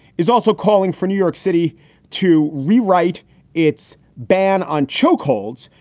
is also calling for new york city to rewrite its ban on chokeholds.